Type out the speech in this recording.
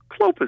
Clopas